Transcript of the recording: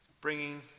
bringing